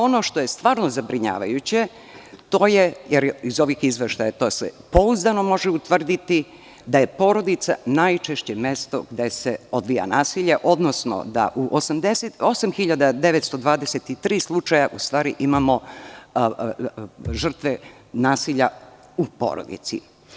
Ono što je stvarno zabrinjavajuće, to je, iz ovih izveštaja to se može pouzdano utvrditi da je porodica najčešće mesto gde se odvija nasilje, odnosno da u 88.923 slučaja u stvari imamo žrtve nasilja u porodici.